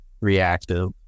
reactive